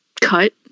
cut